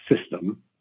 system